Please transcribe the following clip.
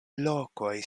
lokoj